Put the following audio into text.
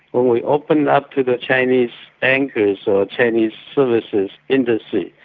when we open up to the chinese bankers or chinese services industry,